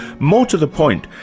more to the point,